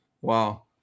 wow